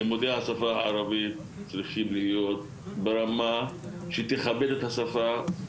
לימודי השפה הערבית צריכים להיות ברמה שתכבד את השפה,